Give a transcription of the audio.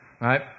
right